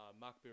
Mark